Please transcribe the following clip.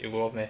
it go off meh